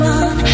on